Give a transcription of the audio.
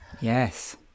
yes